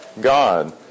God